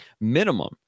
minimum